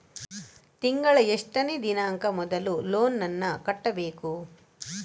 ತಿಂಗಳ ಎಷ್ಟನೇ ದಿನಾಂಕ ಮೊದಲು ಲೋನ್ ನನ್ನ ಕಟ್ಟಬೇಕು?